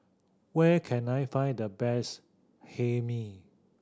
where can I find the best Hae Mee